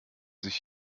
sich